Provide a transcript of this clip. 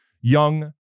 young